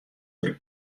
der